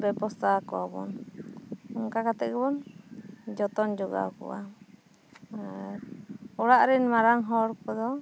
ᱵᱮᱵᱚᱥᱛᱟ ᱟᱠᱚᱣᱟᱵᱚᱱ ᱚᱱᱠᱟ ᱠᱟᱛᱮᱫ ᱜᱮᱵᱚᱱ ᱡᱚᱛᱚᱱ ᱡᱚᱜᱟᱣ ᱠᱚᱣᱟ ᱟᱨ ᱚᱲᱟᱜ ᱨᱮᱱ ᱢᱟᱨᱟᱝ ᱦᱚᱲ ᱠᱚᱫᱚ